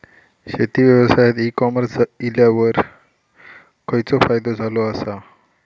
शेती व्यवसायात e commerce इल्यावर खयचो फायदो झालो आसा?